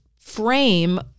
frame